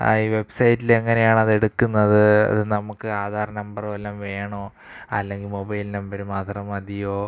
ആ ഈ വെബ്സൈറ്റിൽ എങ്ങനെയാണതെടുക്കുന്നത് അത് നമുക്ക് ആധാർ നമ്പർ വല്ലതും വേണമോ അല്ലെങ്കിൽ മൊബൈൽ നമ്പർ മാത്രം മതിയോ